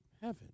heaven